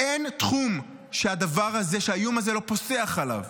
אין תחום שהדבר הזה, שהאיום הזה, לא פוסח עליו,